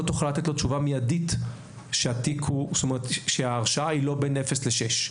לא תוכל לתת לו תשובה מיידית שההרשעה היא לא בין אפס לשש,